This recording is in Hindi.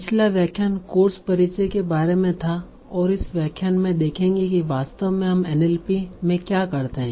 पिछला व्याख्यान कोर्स परिचय के बारे में था और इस व्याख्यान में देखेंगे कि वास्तव में हम एनएलपी में क्या करते हैं